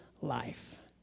life